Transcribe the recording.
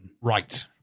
Right